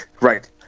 Right